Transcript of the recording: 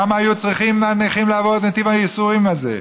למה היו הנכים צריכים לעבור את נתיב הייסורים הזה?